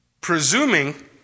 Presuming